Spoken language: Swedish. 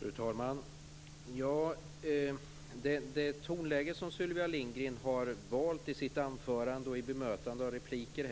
Fru talman! Det tonläge som Sylvia Lindgren har valt i sitt anförande och i bemötandet av repliker